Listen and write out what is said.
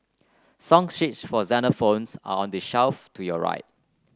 song sheets for xylophones are on the shelf to your right